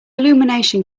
illumination